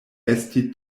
esti